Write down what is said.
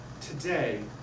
today